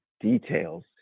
details